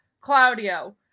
Claudio